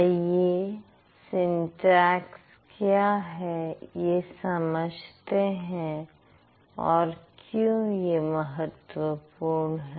आइए सिंटेक्स क्या है यह समझते हैं और क्यों यह महत्वपूर्ण है